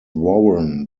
warren